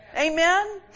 Amen